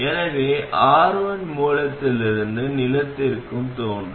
எனவே R1 மூலத்திலிருந்து நிலத்திற்கு தோன்றும்